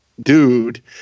dude